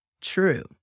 true